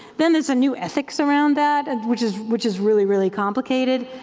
then there's a new ethics around that and which is which is really really complicated,